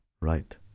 Right